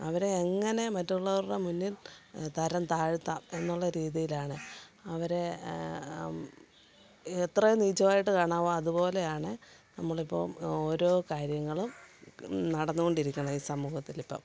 അവരെ എങ്ങനെ മറ്റുള്ളവരുടെ മുന്നിൽ തരംതാഴ്ത്താം എന്നുള്ള രീതിയിലാണ് അവരെ എത്രേ നീചമായിട്ട് കാണാമോ അതുപോലെയാണ് നമ്മളിപ്പോള് ഓരോ കാര്യങ്ങളും നടന്നുകൊണ്ടിരിക്കുന്നത് ഈ സമൂഹത്തിലിപ്പോള്